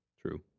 True